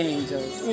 Angels